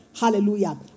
Hallelujah